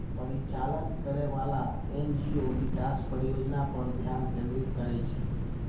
परिचालन करैबला एन.जी.ओ विकास परियोजना पर ध्यान केंद्रित करै छै